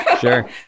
Sure